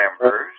members